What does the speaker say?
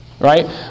right